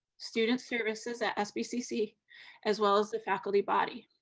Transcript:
student services at sbcc as well as the faculty body.